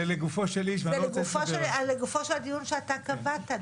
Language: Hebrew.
זה לגופו של הדיון שאתה קבעת,